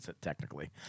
technically